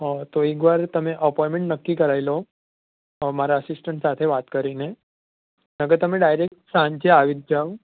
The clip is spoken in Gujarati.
હ તો એકવાર તમે અપોઇમેન્ટ નક્કી કરાવી લો મારા અસિસ્ટન્ટ સાથે વાત કરીને નહીતર તમે ડાયરેક સાંજે આવી જ જાવ